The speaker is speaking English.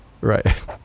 right